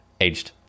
aged